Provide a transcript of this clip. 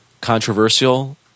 controversial –